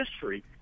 history